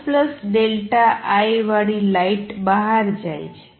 IΔI વાળી લાઇટ બહાર જાય છે